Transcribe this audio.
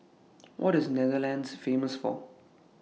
What IS Netherlands Famous For